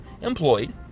employed